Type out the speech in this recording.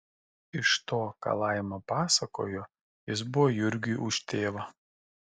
iš to ką laima pasakojo jis buvo jurgiui už tėvą